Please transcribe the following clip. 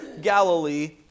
Galilee